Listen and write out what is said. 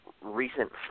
recent